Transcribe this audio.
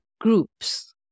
groups